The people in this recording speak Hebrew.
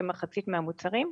כמחצית מהמוצרים,